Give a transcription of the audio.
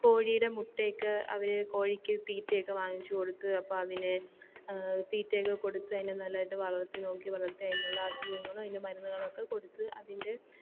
കോഴിയുടെ മുട്ടയൊക്കെ അവർ കോഴിക്കു തീറ്റയൊക്കെ വാങ്ങിച്ചു കൊടുത്ത് അപ്പതിനെ തീറ്റയൊക്കെ കൊടുത്ത് അതിനെ നല്ലായിട്ട് വളർത്തി നോക്കി വളർത്തി അതിനുള്ള അസുഖങ്ങളും അതിൻ്റെ മരുന്നുകളൊക്കെ കൊടുത്ത് അതിൻ്റെ